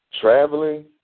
Traveling